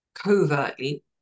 covertly